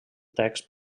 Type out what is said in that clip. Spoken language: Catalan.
text